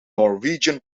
norwegian